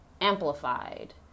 amplified